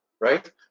right